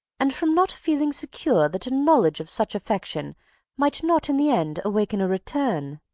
and from not feeling secure that a knowledge of such affection might not in the end awaken a return.